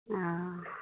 ओ